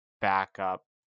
backup